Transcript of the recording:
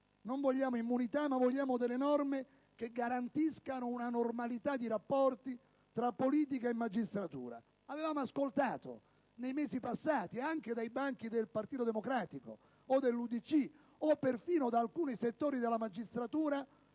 non vogliamo immunità, ma delle norme che garantiscano una normalità di rapporti tra politica e magistratura. Avevamo ascoltato nei mesi passati, anche dai banchi del Partito Democratico, dell'UDC e perfino da alcuni settori della magistratura,